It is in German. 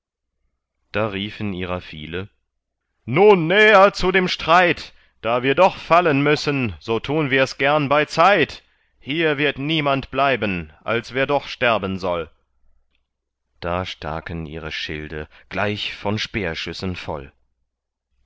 da riefen ihrer viele nur näher zu dem streit da wir doch fallen müssen so tun wirs gern beizeit hier wird niemand bleiben als wer doch sterben soll da staken ihre schilde gleich von speerschüssen voll